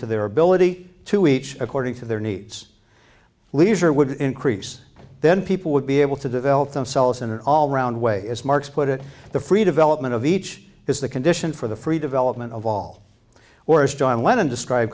to their ability to each according to their needs leisure would increase then people would be able to develop themselves in an all round way as marx put it the freed of element of each is the condition for the free development of all or as john lennon describe